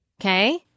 Okay